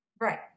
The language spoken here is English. Right